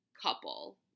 couple